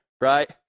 right